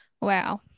wow